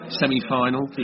semi-final